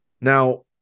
now